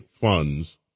funds